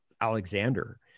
Alexander